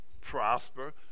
prosper